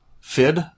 FID